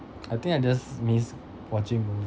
I think I just miss watching